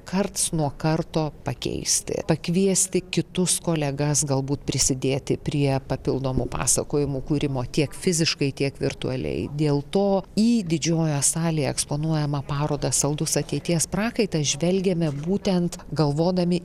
karts nuo karto pakeisti pakviesti kitus kolegas galbūt prisidėti prie papildomų pasakojimų kūrimo tiek fiziškai tiek virtualiai dėl to į didžiojoje salėje eksponuojamą parodą saldus ateities prakaitas žvelgiame būtent galvodami